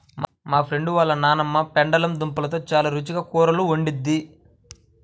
మా ఫ్రెండు వాళ్ళ నాన్నమ్మ పెండలం దుంపలతో చాలా రుచిగా కూరలు వండిద్ది